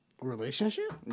Relationship